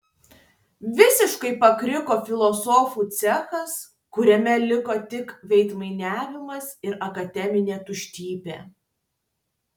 visiškai pakriko filosofų cechas kuriame liko tik veidmainiavimas ir akademinė tuštybė